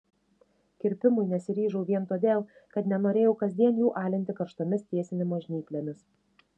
kirpimui nesiryžau vien todėl kad nenorėjau kasdien jų alinti karštomis tiesinimo žnyplėmis